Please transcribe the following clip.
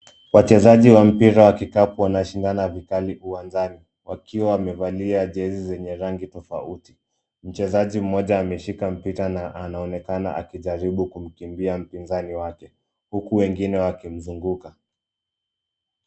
Wachezaji wa mpira wa kikapu wanshindana vikali uwanjani wakiwa wamevalia jezi zenye rangi tofauti. Mchezaji mmoja ameshika mpira an anaonekana akijaribu kumkimbia mpinzani wake. Huku wengine wakimzunguka.